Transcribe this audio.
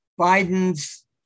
Biden's